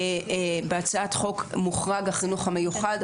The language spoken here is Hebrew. בהצעת חוק מוחרג החינוך המיוחד.